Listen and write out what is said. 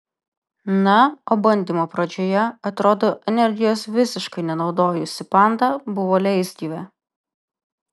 na o bandymo pradžioje atrodo energijos visiškai nenaudojusi panda buvo leisgyvė